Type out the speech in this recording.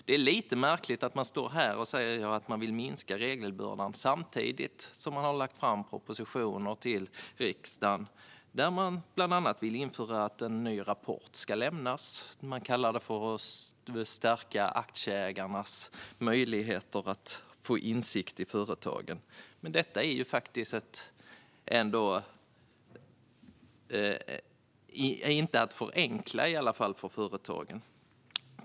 Det är lite märkligt att de står här och säger att de vill minska regelbördan samtidigt som de lägger fram propositioner i riksdagen om bland annat en ny rapport som ska lämnas. De kallar det för att stärka aktieägarnas möjlighet till insyn i företaget. Detta är knappast att förenkla för företagen.